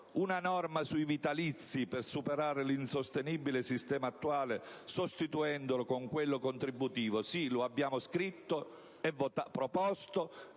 dei parlamentari per superare l'insostenibile sistema attuale sostituendolo con quello contributivo. Sì, lo abbiamo scritto, proposto